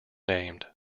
named